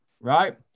right